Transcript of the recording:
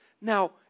Now